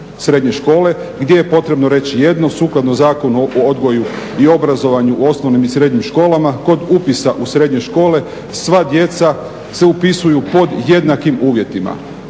srednje škole gdje je potrebno reći jedno, sukladno Zakonu o odgoju i obrazovanju u osnovnim i srednjim školama, kod upisa u srednje škole sva djeca se upisuju pod jednakim uvjetima.